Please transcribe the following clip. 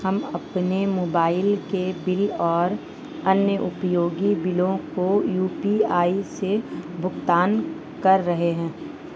हम अपने मोबाइल के बिल और अन्य उपयोगी बिलों को यू.पी.आई से भुगतान कर रहे हैं